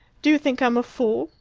do you think i'm a fool?